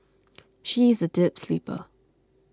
she is a deep sleeper